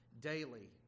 daily